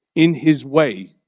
in his way,